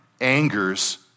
angers